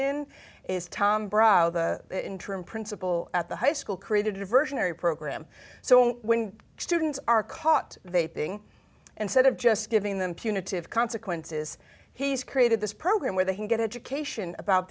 in is to brough the interim principal at the high school created a diversionary program so when students are caught they ping and said i'm just giving them punitive consequences he's created this program where they can get education about